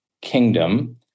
kingdom